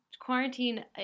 Quarantine